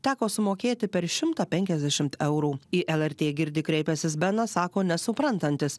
teko sumokėti per šimtą penkiasdešim eurų į lrt girdi kreipęsis benas sako nesuprantantis